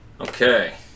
Okay